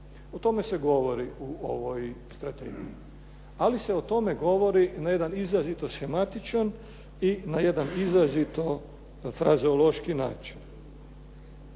O tome se govori u ovoj strategiji, ali se o tome govori na jedan izrazito sematičan i na jedan izrazito frazeološki način.